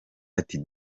ati